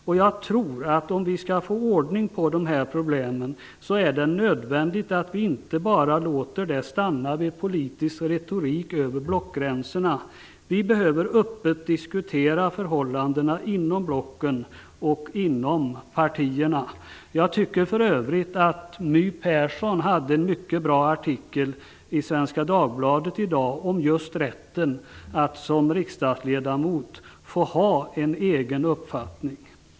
Jag tror att det är nödvändigt, om vi skall få ordning på de här problemen, att vi inte bara låter det stanna vid politisk retorik över blockgränserna. Vi behöver också öppet diskutera förhållandena inom blocken och inom partierna. Jag tycker för övrigt att My Persson hade en mycket bra artikel i Svenska Dagbladet i dag, om just rätten för en riksdagsledamot att ha en egen uppfattning.